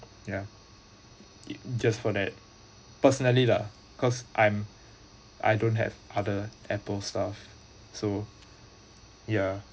ya it just for that personally lah cause I'm I don't have other apple stuff so ya